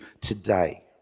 today